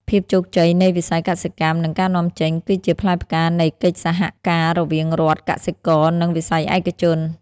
ភាពជោគជ័យនៃវិស័យកសិកម្ម និងការនាំចេញ គឺជាផ្លែផ្កានៃកិច្ចសហការរវាងរដ្ឋ កសិករ និងវិស័យឯកជន។